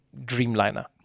Dreamliner